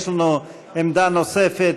יש לנו עמדה נוספת,